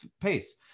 pace